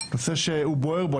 נושא שאני יודע שבוער בו,